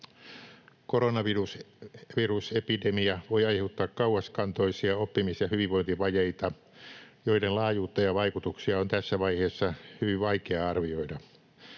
Koronavirusepidemia voi aiheuttaa kauaskantoisia oppimis‑ ja hyvinvointivajeita, joiden laajuutta ja vaikutuksia on tässä vaiheessa hyvin vaikea arvioida.